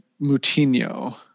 Moutinho